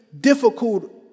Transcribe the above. difficult